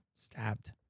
Stabbed